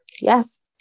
yes